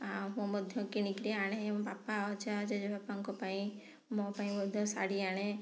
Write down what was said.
ମଧ୍ୟ କିଣିକିରି ଆଣେ ବାପା ଅଜା ଜେଜେବାପା ଙ୍କ ପାଇଁ ମୋ ପାଇଁ ମଧ୍ୟ ଶାଢ଼ୀ ଆଣେ